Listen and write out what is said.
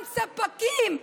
גם ספקים,